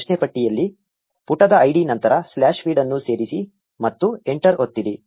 ಪ್ರಶ್ನೆ ಪಟ್ಟಿಯಲ್ಲಿ ಪುಟದ ಐಡಿ ನಂತರ ಸ್ಲಾಶ್ ಫೀಡ್ ಅನ್ನು ಸೇರಿಸಿ ಮತ್ತು ಎಂಟರ್ ಒತ್ತಿರಿ